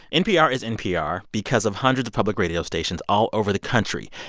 npr is npr because of hundreds of public radio stations all over the country.